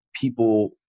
people